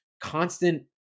constant